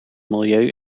milieu